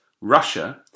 Russia